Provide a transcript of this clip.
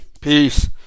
Peace